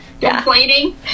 complaining